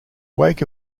wake